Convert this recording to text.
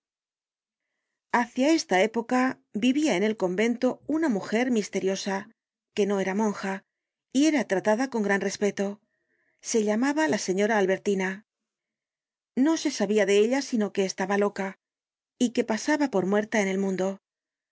hácia esta época vivia en el convento una mujer misteriosa que no era monja y era tratada con gran respeto se llamaba la señora alberti na no se sabia de ella sino que estaba loca y que pasaba por muerta en el mundo